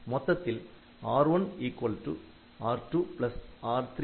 மொத்தத்தில் R1R2R34